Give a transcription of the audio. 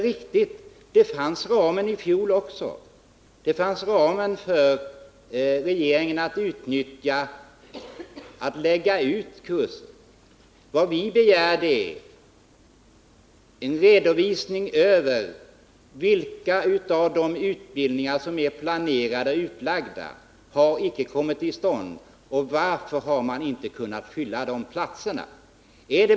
Ramen fanns i fjol också — regeringen hade kunnat utnyttja möjligheten att lägga ut kursen. Vad vi begärt är en redovisning av vilka av de planerade och utlagda utbildningarna som icke kommit till stånd. Varför har man inte kunnat fylla de platserna?